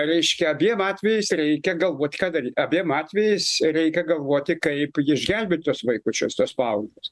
reiškia abiem atvejais reikia galvoti ką daryt abiem atvejais reikia galvoti kaip išgelbėti tuos vaikučius tuos paauglius